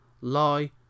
lie